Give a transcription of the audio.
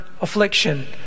affliction